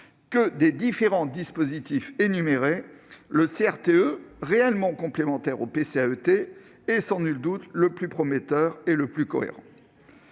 -que parmi les dispositifs que j'ai énumérés, le CRTE, réellement complémentaire du PCAET, est sans nul doute le plus prometteur et le plus cohérent.